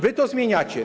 Wy to zmieniacie.